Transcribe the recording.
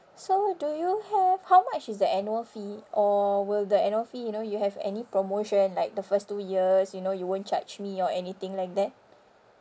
so do you have how much is the annual fee or will the annual fee you know you have any promotion like the first two years you know you won't charge me or anything like that